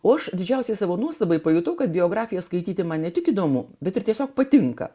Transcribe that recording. o didžiausiai savo nuostabai pajutau kad biografijas skaityti man ne tik įdomu bet ir tiesiog patinka